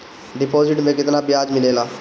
Deposit मे केतना बयाज मिलेला?